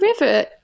river